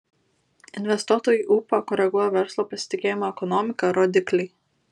investuotojų ūpą koreguoja verslo pasitikėjimo ekonomika rodikliai